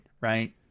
right